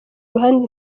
ruhande